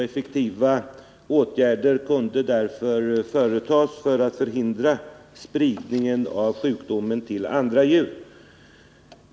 Effektiva åtgärder kunde därför vidtas för att förhindra en spridning av sjukdomen till andra djur.